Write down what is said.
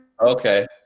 Okay